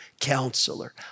Counselor